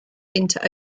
into